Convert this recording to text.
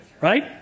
Right